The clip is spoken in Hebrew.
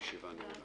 הישיבה נעולה.